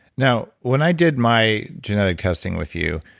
now, when i did my genetic testing with you,